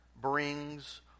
brings